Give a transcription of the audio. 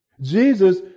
Jesus